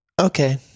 Okay